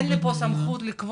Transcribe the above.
-- אז אין לי סמכות לקבוע.